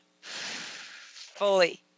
fully